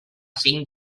cinc